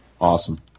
Awesome